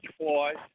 twice